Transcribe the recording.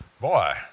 Boy